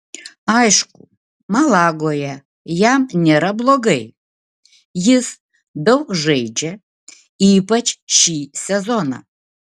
aišku malagoje jam nėra blogai jis daug žaidžia ypač šį sezoną